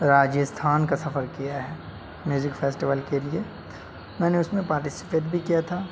راجستھان کا سفر کیا ہے فیسٹول کے لیے میں نے اس میں پاٹیسپیٹ بھی کیا تھا